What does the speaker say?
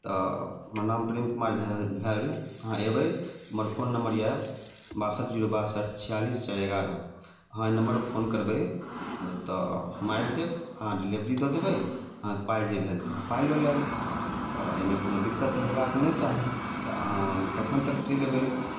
तऽ हमर नाम प्रेम कुमार झा भेल अहाँ एबै हमर फोन नम्बर यऽ बासठि जीरो बासठि छियालिस चारि एगारह अहाँ अइ नम्बरपर फोन करबय तऽ हम आबि जायब अहाँ डिलेवरी दअ देबै अहाँके पाइ जे भेल अहाँ पाइ लअ लेब तऽ अइमे कोनो दिक्कत तऽ होयबाक नहि चाही तऽ अहाँ कखन तक चलि अयबै